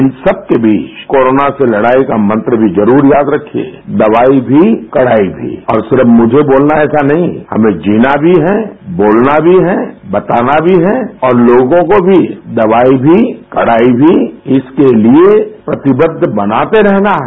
इन सबके बीच कोरोना से लड़ाई का मंत्र भी जरुर याद रखिए दवाई भी कड़ाई भी और सिर्फ मुझे बोलना है ऐसा नहीं हमें जीना भी है बोलना भी है बताना भी है और लोगों को भी दवाई भी कड़ाई भी इसके लिए प्रतिबद्ध बनाते रहना है